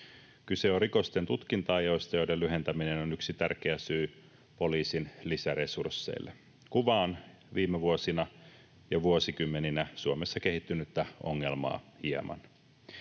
Kyse on rikosten tutkinta-ajoista, joiden lyhentäminen on yksi tärkeä syy poliisin lisäresursseille. Kuvaan viime vuosina ja vuosikymmeninä Suomessa kehittynyttä ongelmaa hieman.